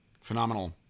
Phenomenal